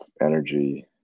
energy